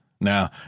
Now